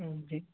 जी